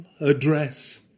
address